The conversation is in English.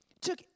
Took